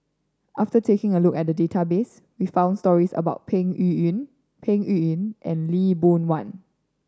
after taking a look at the database we found stories about Peng Yuyun Peng Yuyun and Lee Boon Wang